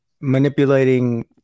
manipulating